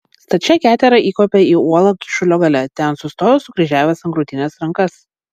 stačia ketera įkopė į uolą kyšulio gale ten sustojo sukryžiavęs ant krūtinės rankas